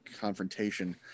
confrontation